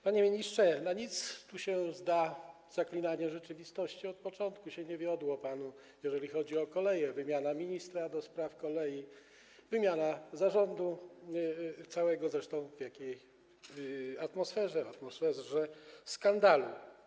Panie ministrze, na nic tu się zda zaklinanie rzeczywistości, od początku się nie wiodło panu, jeżeli chodzi o koleje - wymiana ministra do spraw kolei, wymiana całego zarządu, zresztą w jakiej atmosferze, w atmosferze skandalu.